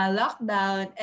lockdown